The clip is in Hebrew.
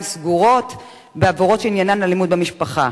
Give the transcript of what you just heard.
סגורות בעבירות שעניינן אלימות במשפחה.